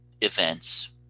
events